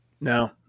no